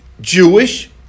Jewish